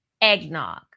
eggnog